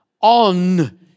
On